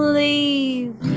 leave